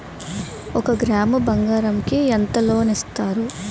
ఒక గ్రాము బంగారం కి ఎంత లోన్ ఇస్తారు?